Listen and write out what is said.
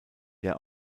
der